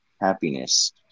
happiness